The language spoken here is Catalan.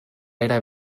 era